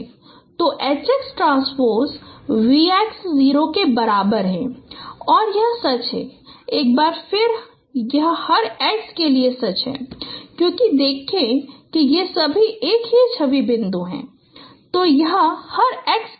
तो H x transpose F x 0 के बराबर है और यह सच है एक बार फिर यह हर x के लिए सच है क्योंकि देखें कि ये सभी एक ही छवि बिंदु हैं तो यह हर x के लिए सच है